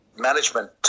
management